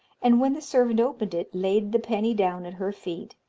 and when the servant opened it, laid the penny down at her feet,